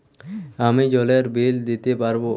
আমি জলের বিল দিতে পারবো?